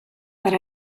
per